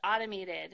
automated